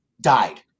died